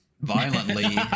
violently